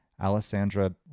Alessandra